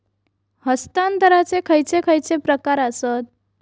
हस्तांतराचे खयचे खयचे प्रकार आसत?